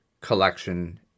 collection